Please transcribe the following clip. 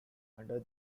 under